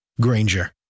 Granger